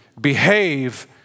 behave